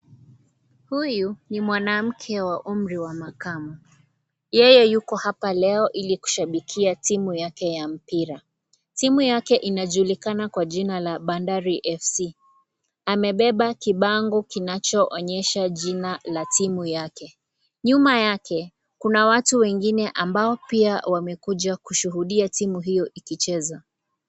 Huyu ni mwanamke wa umri wa makamu , yeye yuko hapa leo ili kushabikia timu yake ya mpira timu yake inajulikana kwa jina la Bandari Fc . Amebeba kibango kinachoonyesha jina la timu yake, nyuma yake kuna watu wengine ambao pia wamekuja kushuhudia timu hio ikicheza